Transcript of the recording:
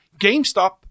GameStop